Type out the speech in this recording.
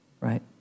Right